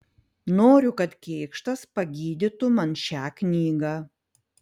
noriu kad kėkštas pagydytų man šią knygą